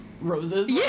roses